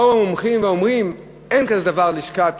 באו המומחים ואומרים: אין כזה דבר לשכת